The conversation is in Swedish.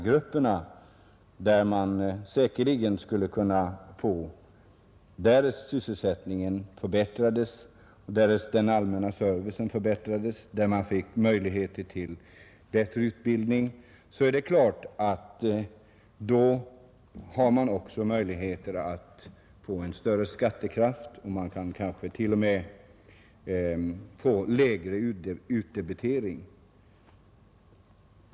Speciellt betydelsefullt skulle det vara för löntagargrupperna som, om den allmänna servicen förbättrades och om möjligheterna till utbildning blev bättre, skulle få större skattekraft — ja, det skulle kanske t.o.m. vara möjligt att få en lägre utdebitering.